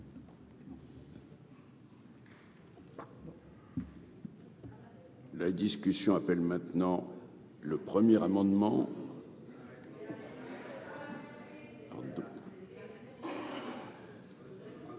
La discussion appelle maintenant le premier amendement. Pour